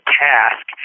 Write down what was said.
task